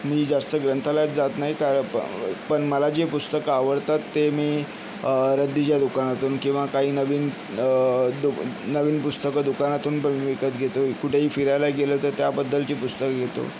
मी जास्त ग्रंथालयात जात नाही कार पण मला जे पुस्तकं आवडतात ते मी रद्दीच्या दुकानातून किंवा काही नवीन दुब नवीन पुस्तकं दुकानातून पण मी विकत घेतो कुठेही फिरायला गेलो तर त्याबद्दलची पुस्तकं घेतो